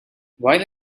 while